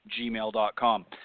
gmail.com